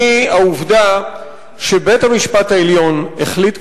והיא העובדה שבית-המשפט העליון החליט,